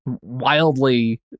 wildly